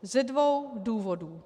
Ze dvou důvodů.